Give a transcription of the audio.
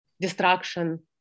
destruction